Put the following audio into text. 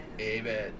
Amen